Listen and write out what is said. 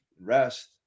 rest